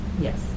Yes